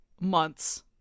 months